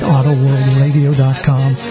AutoWorldRadio.com